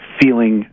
feeling